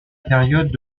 période